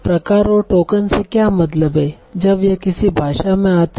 प्रकार और टोकन से क्या मतलब है जब यह किसी भाषा में आता है